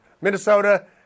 Minnesota